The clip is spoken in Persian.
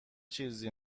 چیزی